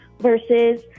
versus